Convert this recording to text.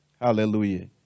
Hallelujah